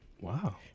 Wow